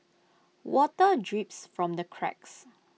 water drips from the cracks